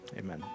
amen